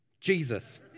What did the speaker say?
Jesus